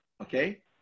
okay